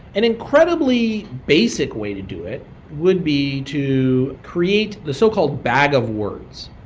an incredibly basic way to do it would be to create the so called bag of words.